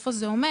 איזה זה עומד,